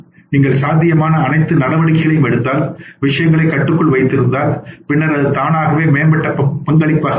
நீங்கள் சாத்தியமான அனைத்து நடவடிக்கைகளையும் எடுத்தால் விஷயங்களை கட்டுக்குள் வைத்திருந்தால் பின்னர் அது தானாகவே மேம்பட்ட பங்களிப்பாக மாறும்